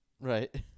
Right